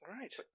Right